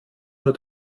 nur